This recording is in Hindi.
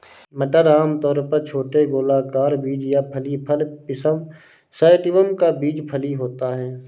मटर आमतौर पर छोटे गोलाकार बीज या फली फल पिसम सैटिवम का बीज फली होता है